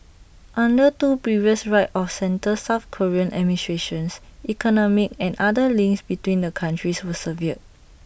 under two previous right of centre south Korean administrations economic and other links between the countries were severed